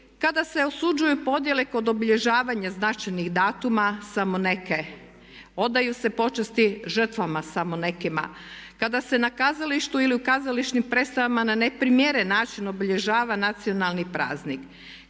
kada se osuđuju podjele kod obilježavanja značajnih datuma, samo neke, odaju se počasti žrtvama, samo nekima. Kada se na kazalištu ili u kazališnim predstavama na neprimjeren način obilježava nacionalni praznik,